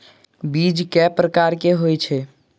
बीज केँ प्रकार कऽ होइ छै?